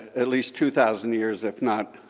at least two thousand years, if not